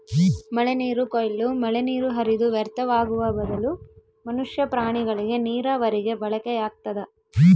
ಮಳೆನೀರು ಕೊಯ್ಲು ಮಳೆನೀರು ಹರಿದು ವ್ಯರ್ಥವಾಗುವ ಬದಲು ಮನುಷ್ಯ ಪ್ರಾಣಿಗಳಿಗೆ ನೀರಾವರಿಗೆ ಬಳಕೆಯಾಗ್ತದ